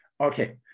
Okay